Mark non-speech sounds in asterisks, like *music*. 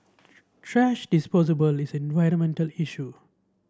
thrash *unintelligible* is an environmental issue